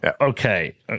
Okay